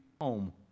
home